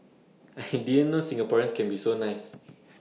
I didn't know Singaporeans can be so nice